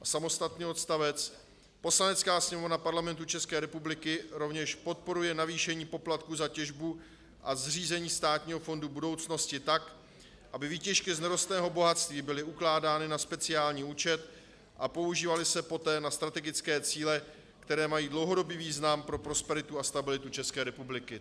Samostatný odstavec: Poslanecká sněmovna Parlamentu České republiky rovněž podporuje navýšení poplatků za těžbu a zřízení Státního fondu budoucnosti tak, aby výtěžky z nerostného bohatství byly ukládány na speciální účet a používaly se poté na strategické cíle, které mají dlouhodobý význam pro prosperitu a stabilitu České republiky.